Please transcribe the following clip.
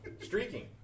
Streaking